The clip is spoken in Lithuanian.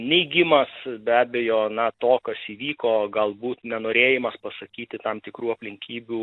neigimas be abejo na to kas įvyko galbūt nenorėjimas pasakyti tam tikrų aplinkybių